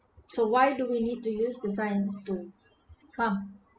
so why do we need to use the science to farm